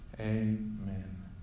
Amen